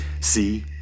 See